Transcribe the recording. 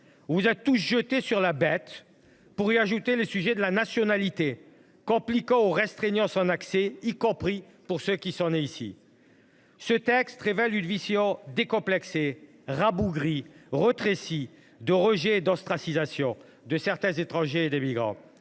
vous êtes tous jetés sur la bête pour y ajouter le sujet de la nationalité, compliquant ou restreignant son accès, y compris pour ceux qui sont nés ici. Ce texte témoigne d’une vision décomplexée, rabougrie, rétrécie de l’immigration, avec le rejet et l’ostracisation de certains étrangers et des migrants.